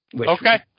Okay